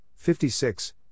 56